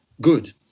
good